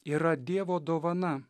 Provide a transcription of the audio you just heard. yra dievo dovana